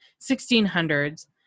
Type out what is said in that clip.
1600s